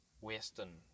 Western